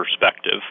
perspective